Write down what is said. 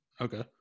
okay